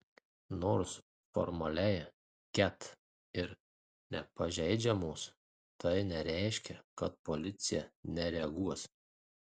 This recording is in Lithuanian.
nors formaliai ket ir nepažeidžiamos tai nereiškia kad policija nereaguos